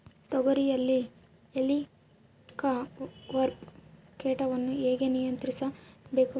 ತೋಗರಿಯಲ್ಲಿ ಹೇಲಿಕವರ್ಪ ಕೇಟವನ್ನು ಹೇಗೆ ನಿಯಂತ್ರಿಸಬೇಕು?